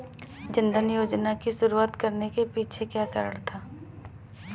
जन धन योजना की शुरुआत करने के पीछे क्या कारण था?